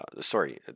Sorry